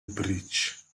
bridge